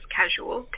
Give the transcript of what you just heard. casual